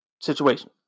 situation